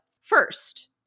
first